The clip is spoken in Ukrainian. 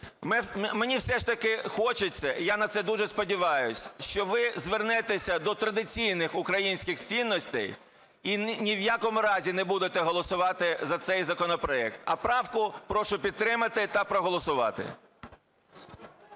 Мені все ж таки хочеться і я на це дуже сподіваюсь, що ви звернетеся до традиційних українських цінностей і ні в якому разі не будете голосувати за цей законопроект. А правку прошу підтримати та проголосувати.